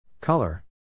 Color